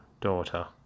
daughter